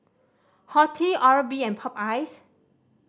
Horti Oral B and Popeyes